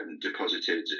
deposited